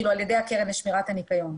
על ידי הקרן לשמירת הניקיון.